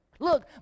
Look